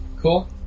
Cool